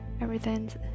Everything's